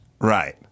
Right